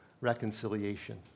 reconciliation